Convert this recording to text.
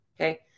Okay